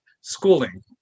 schooling